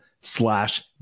slash